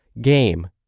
game